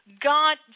God